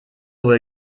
wohl